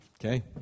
okay